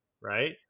right